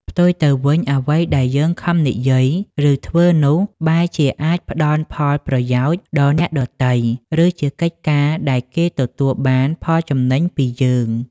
ផ្ទុយទៅវិញ អ្វីដែលយើងខំនិយាយ ឬធ្វើនោះ បែរជាអាចផ្ដល់ផលប្រយោជន៍ដល់អ្នកដទៃ ឬជាកិច្ចការដែលគេទទួលបានផលចំណេញពីយើង។